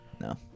No